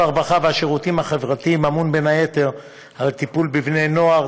הרווחה והשירותים החברתיים אמון בין היתר על הטיפול בבני-נוער,